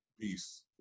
Peace